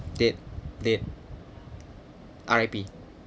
dead dead R_I_P